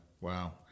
Wow